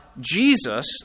Jesus